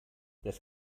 das